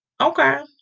Okay